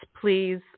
please